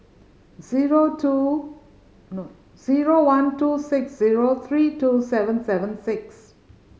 zero two zero one two six zero three two seven seven six